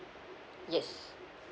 yes